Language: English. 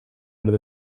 under